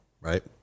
right